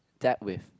that with